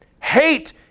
Hate